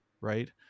right